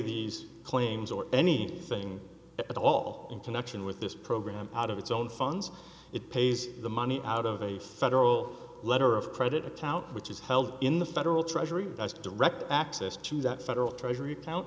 these claims or anything at all in connection with this program out of its own funds it pays the money out of a federal letter of credit account which is held in the federal treasury vest direct access to that federal treasury